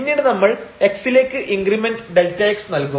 പിന്നീട് നമ്മൾ x ലേക്ക് ഇൻക്രിമെന്റ് Δx നൽകും